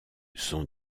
son